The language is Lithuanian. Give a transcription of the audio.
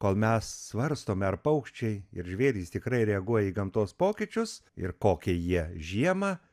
kol mes svarstome ar paukščiai ir žvėrys tikrai reaguoja į gamtos pokyčius ir kokie jie žiemą